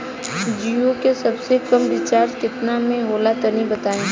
जीओ के सबसे कम रिचार्ज केतना के होला तनि बताई?